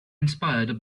inspired